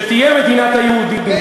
שתהיה מדינת היהודים.